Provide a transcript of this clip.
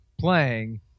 playing